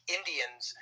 Indians